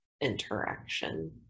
interaction